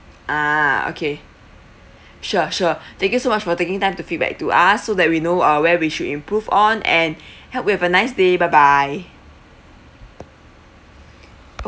ah okay sure sure thank you so much for taking time to feedback to us so that we know uh where we should improve on and hope you have a nice day bye bye o~